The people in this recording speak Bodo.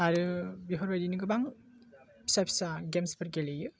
आरो बेफोरबायदिनो गोबां फिसा फिसा गेम्स फोर गेलेयो